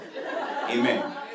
Amen